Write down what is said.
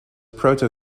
proto